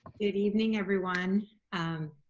good evening, everyone.